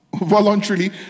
voluntarily